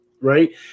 Right